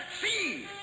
see